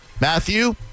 Matthew